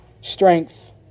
strength